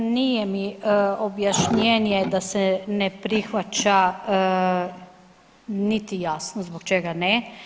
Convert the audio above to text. Ne, nije mi objašnjenje da se ne prihvaća niti jasno zbog čega ne.